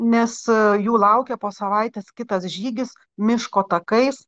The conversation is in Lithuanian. nes jų laukia po savaitės kitas žygis miško takais